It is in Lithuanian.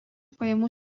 pajamų